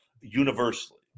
universally